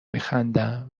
میخندم